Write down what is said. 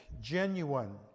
genuine